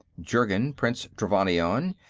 jurgen, prince trevannion,